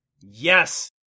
Yes